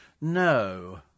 No